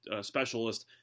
specialist